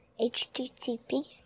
HTTP